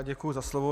Děkuji za slovo.